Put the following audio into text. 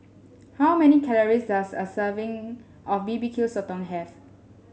how many calories does a serving of B B Q Sotong have